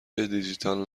دیجیتال